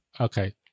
okay